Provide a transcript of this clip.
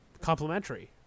complementary